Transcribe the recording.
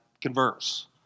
converse